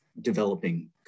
developing